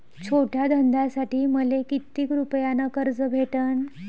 छोट्या धंद्यासाठी मले कितीक रुपयानं कर्ज भेटन?